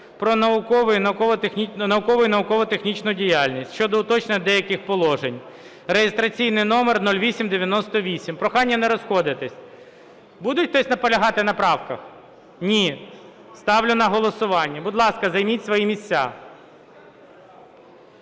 "Про наукову і науково-технічну діяльність" щодо уточнення деяких положень (реєстраційний номер 0898). Прохання не розходитися. Буде хтось наполягати на правках? Ні. Ставлю на голосування. Будь ласка, займіть свої місця.